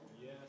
yes